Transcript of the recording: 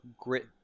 grit